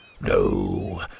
No